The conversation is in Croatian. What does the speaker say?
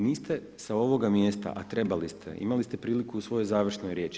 Niste sa ovoga mjesta, a trebali ste, imali ste priliku u svojoj završnoj riječi.